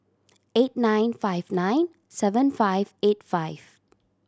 eight nine five nine seven five eight five